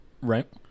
right